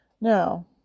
Now